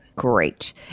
Great